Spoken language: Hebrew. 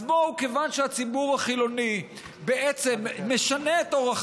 אז כיוון שהציבור החילוני בעצם משנה את אורח